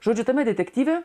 žodžiu tame detektyve